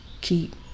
Keep